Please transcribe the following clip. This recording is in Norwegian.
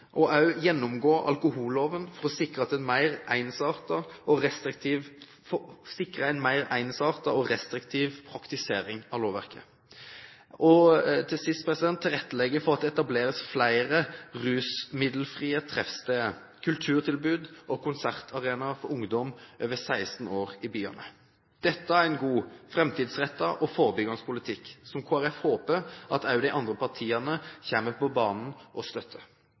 gjennomgå alkoholloven for å sikre en mer ensartet og restriktiv praktisering av lovverket, og, til sist, tilrettelegge for at det etableres flere rusmiddelfrie treffsteder, kulturtilbud og konsertarenaer for ungdom over 16 år i byene. Dette er en god, framtidsrettet og forebyggende politikk, som Kristelig Folkeparti håper at de andre partiene snart kommer på banen og støtter.